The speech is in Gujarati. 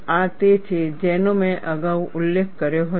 આ તે છે જેનો મેં અગાઉ ઉલ્લેખ કર્યો હતો